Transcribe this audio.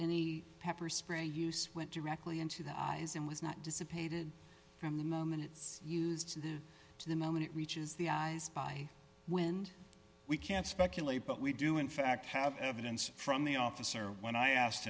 any pepper spray use went directly into the eyes and was not dissipated from the moment it's used in the to the moment it reaches the eyes by when we can speculate but we do in fact have evidence from the officer when i asked